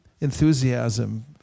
enthusiasm